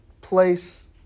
place